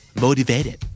Motivated